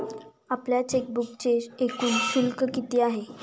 आपल्या चेकबुकचे एकूण शुल्क किती आहे?